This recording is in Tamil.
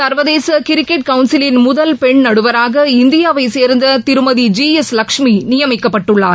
சர்வதேச கிரிக்கெட் கவுன்சிலின் முதல் பெண் நடுவராக இந்தியாவை சேர்ந்த திருமதி ஜி எஸ் லட்சுமி நியமிக்கப்பட்டுள்ளார்